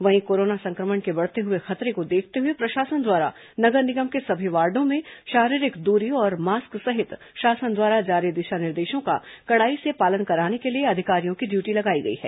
वहीं कोरोना संक्रमण के बढ़ते खतरे को देखते हुए प्रशासन द्वारा नगर निगम के सभी वार्डो में शारीरिक दूरी और मास्क सहित शासन द्वारा जारी दिशा निर्देशों का कड़ाई से पालन कराने के लिए अधिकारियों की ड्यूटी लगाई गई है